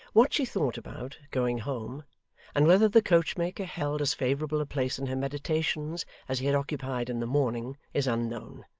what she thought about, going home and whether the coach-maker held as favourable a place in her meditations as he had occupied in the morning, is unknown.